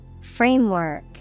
Framework